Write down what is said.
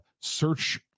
Search